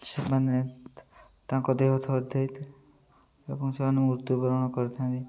ସେମାନେ ତାଙ୍କ ଦେହ ଥରି ଥରି ଏବଂ ସେମାନେ ମୃତ୍ୟୁବରଣ କରିଥାନ୍ତି